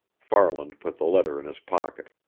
farland put the letter in his pocket.